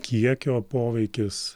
kiekio poveikis